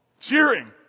Cheering